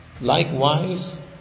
Likewise